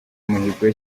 muhigo